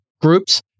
groups